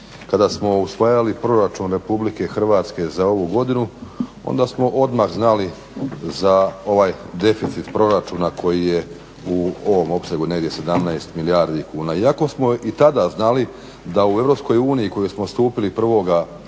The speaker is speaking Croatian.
kada smo usvajali proračun Republike Hrvatske za ovu godinu onda smo odmah znali za ovaj deficit proračuna koji je u ovom opsegu negdje 17 milijardi kuna. Iako smo i tada znali da u EU u koju smo stupili 1.